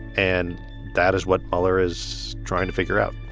and that is what mueller is trying to figure out